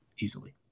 Easily